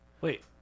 wait